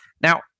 now